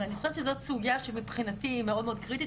אז אני חושבת שזו סוגייה שמבחינתי היא מאד קריטית,